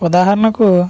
ఉదాహరణకు